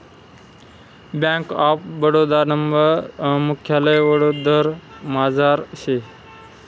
bank of Baroda नं मुख्यालय वडोदरामझार शे